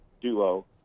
duo